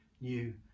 new